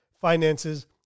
finances